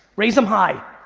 raise em high. ooh,